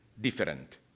different